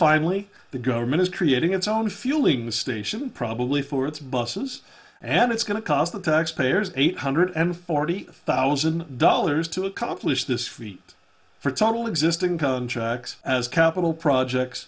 finally the government is creating its own fueling the station probably for its buses and it's going to cost the taxpayers eight hundred and forty thousand dollars to accomplish this feat for total existing contracts as capital projects